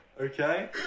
okay